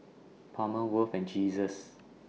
Palmer Worth and Jesus